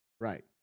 Right